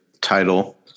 title